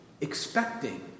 expecting